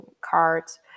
cards